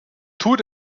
tut